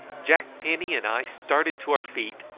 jack penny and i started to our feet,